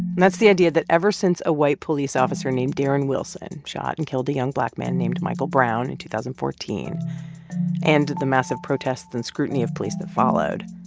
and that's the idea that ever since a white police officer named darren wilson shot and killed a young black man named michael brown in two thousand and fourteen and the massive protests and scrutiny of police that followed,